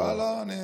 לא, לא.